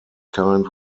kind